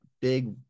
Big